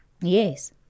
yes